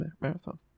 Marathon